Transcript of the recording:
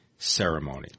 Ceremony